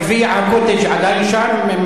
גביע ה"קוטג'" עדיין שם?